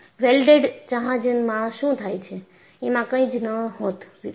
welded જહાજમાં શું થાય છે એમાં કંઈ જ ન હોતું